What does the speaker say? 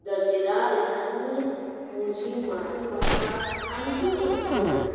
दर्जेदार लेखांनीच म्हजी मराठी भाशा आनिकूय समृध्द जाली